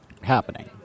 happening